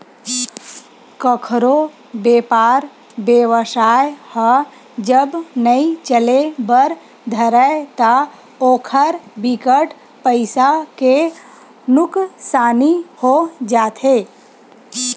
कखरो बेपार बेवसाय ह जब नइ चले बर धरय ता ओखर बिकट पइसा के नुकसानी हो जाथे